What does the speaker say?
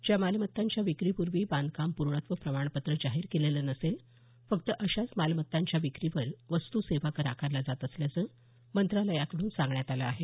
ज्या मालमत्तांच्या विक्रीपूर्वी बांधकाम पूर्णत्व प्रमाणपत्र जाहीर केलेलं नसेल फक्त अशाच मालमत्तांच्या विक्रीवर वस्तू सेवा कर आकारला जात असल्याचं मंत्रालयाकड्रन सांगण्यात आलं आहे